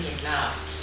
enough